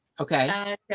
Okay